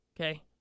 Okay